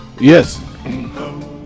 Yes